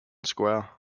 squire